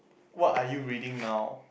what are you reading now